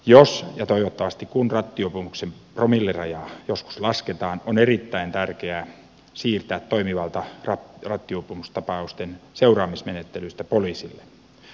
jos ja toivottavasti kun rattijuopumuksen promillerajaa joskus lasketaan on erittäin tärkeää siirtää toimivalta rattijuopumustapausten seuraamusmenettelystä poliisille